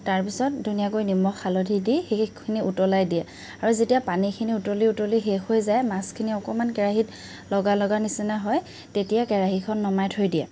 তাৰপিছত ধুনীয়াকৈ নিমখ হালধী দি সেইখিনি উতলাই দিয়ে আৰু যেতিয়া পানীখিনি উতলি উতলি শেষ হৈ যায় মাছখিনি অকণমান কেৰাহিত লগা লগাৰ নিচিনা হয় তেতিয়া কেৰাহীখন নমাই থৈ দিয়ে